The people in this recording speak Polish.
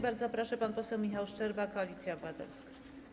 Bardzo proszę, pan poseł Michał Szczerba, Koalicja Obywatelska.